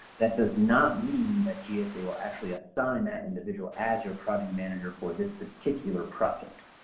that does not mean that gsa will actually assign that individual as your project manager for this particular project.